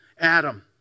Adam